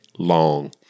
Long